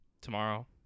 tomorrow